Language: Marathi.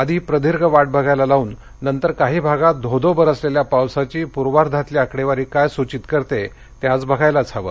आधी प्रदीर्घ वाट बघायला लावून नंतर काही भागात धो धो बरसलेल्या पावसाची पूर्वार्धातली आकडेवारी काय सूचित करते ते आज बघायलाच हवं